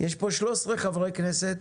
יש פה 13 חברי כנסת